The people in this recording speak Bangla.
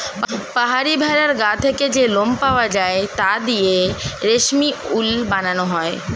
পাহাড়ি ভেড়ার গা থেকে যে লোম পাওয়া যায় তা দিয়ে রেশমি উল বানানো হয়